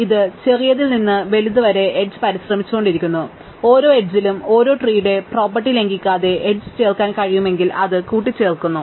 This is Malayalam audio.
അതിനാൽ ഇത് ചെറിയതിൽ നിന്ന് വലുത് വരെ എഡ്ജ് പരിശ്രമിച്ചുകൊണ്ടിരിക്കുന്നു ഓരോ എഡ്ജിലും ഒരു ട്രീടെ പ്രോപ്പർട്ടി ലംഘിക്കാതെ എഡ്ജ് ചേർക്കാൻ കഴിയുമെങ്കിൽ അത് കൂട്ടിച്ചേർക്കുന്നു